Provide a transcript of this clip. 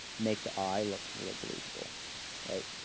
make the eye look really believable right?